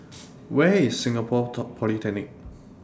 Where IS Singapore Polytechnic